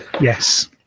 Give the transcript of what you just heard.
Yes